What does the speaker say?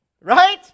right